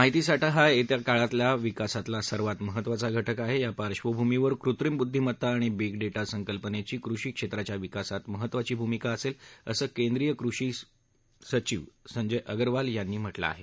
माहितीसाठा हा येत्या काळातल्या विकासातला सर्वात महत्वाचा घटक आहे या पार्श्वभूमीवर कृत्रीम बुद्धीमत्ता आणि बीग डेटा संकल्पानेची कृष्टी क्षेत्राच्या विकासात महत्वाची भूमिका बजावू शकेल असं केंद्रीय कृषी सचिव संजय अगरवाल यांनी म्हटलं आहे